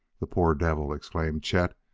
the poor devil! exclaimed chet,